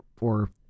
or-